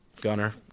Gunner